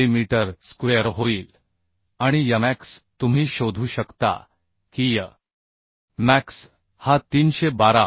millimetre square होईल आणि y max तुम्ही शोधू शकता कीy मॅक्स हा 312